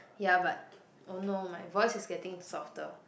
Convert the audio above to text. ya but oh no my voice is getting softer